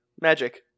Magic